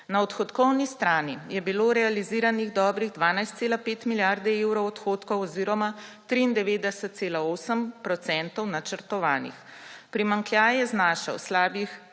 Na odhodkovnih strani je bilo realiziranih dobrih 12,5 milijarde evrov odhodkov oziroma 93,8 % načrtovanih. Primanjkljaj je znašal slabih